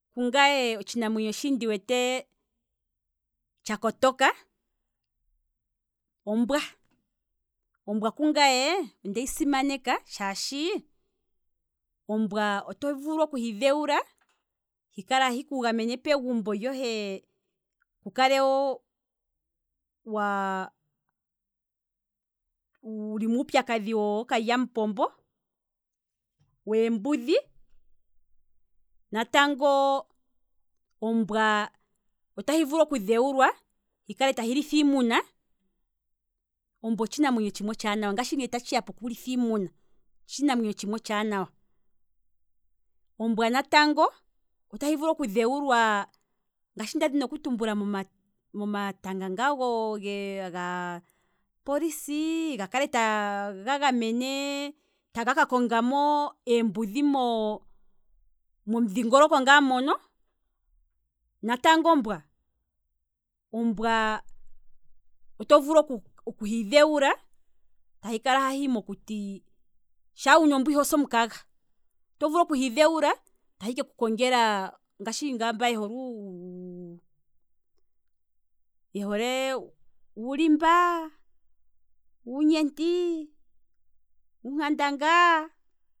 Kungaye otshinamwenyo shi ndi wete tsha kotoka, ombwa, ombwa kungaye ondehi simaneka shaashi, omwa oto vulu okuhi dhe wula, hi kale ahi kugamene pegumbo lyohe, ku kale wo waa, wuli muupya kadhi wookalyamupombo, weembudhi, natango ombwa otahi vulu oku dhe wulwa hi kale tahi litha iimuna, ombwa otshinamwenyo tshimwe otshaa nawa ngaashi ngele tatshiya poku litha iimuna otshinamwenyo tshimwe otshaanawa, ombwa natango otahi vulu okudhewulwa ngaashi nda dhina oku tumula, momatanga ngaa goo gaa polisi, ga kale taga gamene, taga ka konga mo eembudhi momudhingoloko ngaa mono, natango ombwa, ombwaa oto vulu okuhi dhewula tahi kala ahihi mokuti, shaa wuna ombwa ihosi omukaga, oto vulu okuhi dhewula tahi keku kongela, ngashi ngaa mba ye hole, yehole uulimba. uunyenti, uunkandangaa